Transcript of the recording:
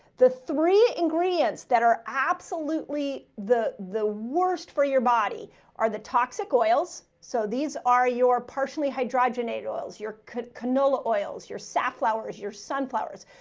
the three ingredients that are absolutely the the worst for your body are the toxic oils. so these are your partially hydrogenated oils, your canola oils, your safflowers, your sunflowers.